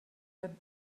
and